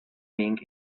being